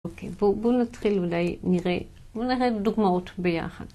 בואו נתחיל אולי נראה, בואו נראה את הדוגמאות ביחד.